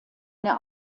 eine